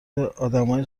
ادمای